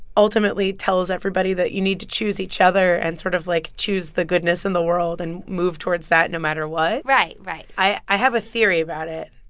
ultimately tells everybody that you need to choose each other and sort of, like, choose the goodness in the world and move towards that, no matter what right. right i have a theory about it.